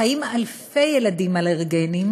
חיים אלפי ילדים אלרגיים,